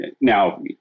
now